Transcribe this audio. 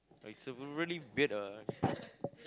like is really weird ah